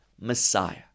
Messiah